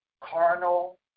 carnal